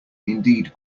indeed